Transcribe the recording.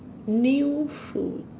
new food